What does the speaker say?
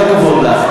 עם כל הכבוד לך.